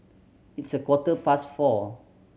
its a quarter past four